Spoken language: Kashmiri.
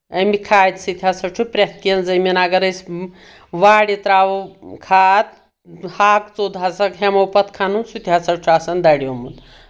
امہِ کھادِ سۭتۍ ہسا چھُ پرٛؠتھ کینٛہہ زٔمیٖن اگر أسۍ وارِ ترٛاوو کھاد ہاکہٕ بوٚد ہسا ہیٚمو پتہٕ کھَنُن سُہ تہِ ہسا چھُ آسان دریومُت